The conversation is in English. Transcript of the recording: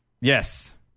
Yes